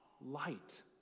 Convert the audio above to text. light